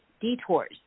detours